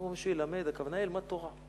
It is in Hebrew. אמרו: מי שילמד, הכוונה: ילמד תורה.